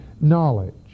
knowledge